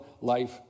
life